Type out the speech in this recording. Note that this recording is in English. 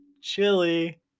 chili